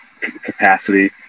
capacity